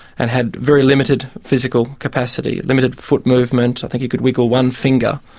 and had very limited physical capacity limited foot movement i think he could wiggle one finger,